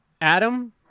Adam